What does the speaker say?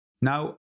now